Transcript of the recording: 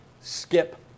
skip